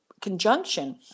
conjunction